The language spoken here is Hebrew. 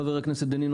חבר הכנסת דנינו,